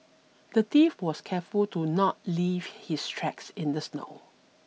the thief was careful to not leave his tracks in the snow